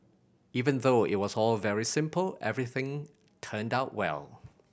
even though it was all very simple everything turned out well